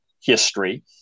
history